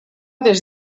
des